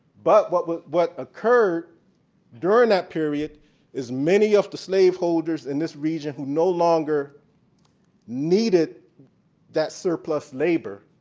but what but what occurred during that period is many of the slave holders in this region who no longer needed that surplus labor,